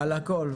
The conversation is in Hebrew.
על הכול.